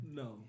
no